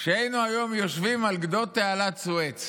שהיינו היום יושבים על גדות תעלת סואץ.